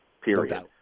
period